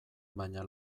baina